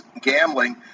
gambling